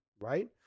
Right